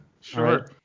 Sure